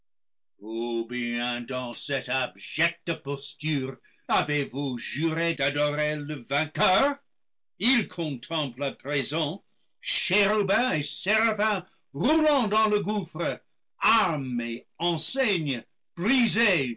cette abjecte posture avez-vous juré d'adorer le vainqueur il contemple à présent chérubins et séraphins roulant dans le gouffre armes et